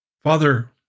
Father